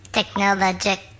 Technologic